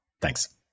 Thanks